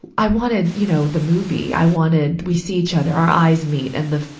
i wanted, you know, the movie, i wanted, we see each other. our eyes meet, and the,